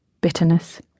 bitterness